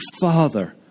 Father